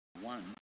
one